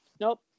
nope